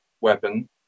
weapon